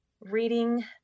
reading